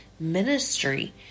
Ministry